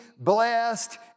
blessed